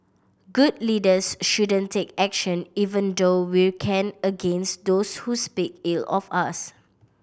good leaders shouldn't take action even though we can against those who speak ill of us